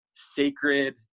Sacred